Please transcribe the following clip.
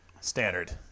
standard